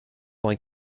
going